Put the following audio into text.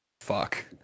Fuck